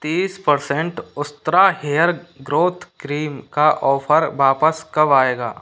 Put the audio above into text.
तीस percent Ustraa hair growth cream का offer वापस कब आएगा